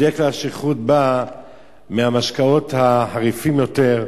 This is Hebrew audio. בדרך כלל שכרות באה מהמשקאות החריפים יותר,